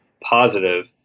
positive